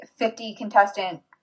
50-contestant